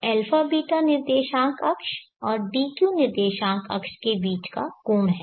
ρ αβ निर्देशांक अक्ष और dq निर्देशांक अक्ष के बीच का कोण है